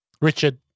Richard